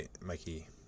Mikey